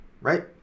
right